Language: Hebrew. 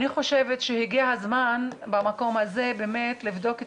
אני חושבת שהגיע הזמן במקום הזה לבדוק את